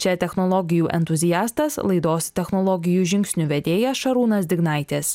čia technologijų entuziastas laidos technologijų žingsnių vedėjas šarūnas dignaitis